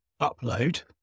upload